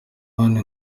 hano